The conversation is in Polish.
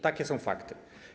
Takie są fakty.